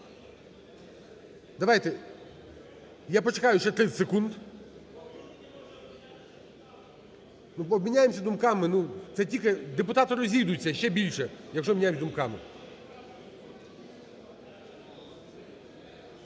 Давайте я почекаю ще 30 секунд. Обміняємося думками, ну, це тільки депутати розійдуться ще більше, якщо обмінятися думками.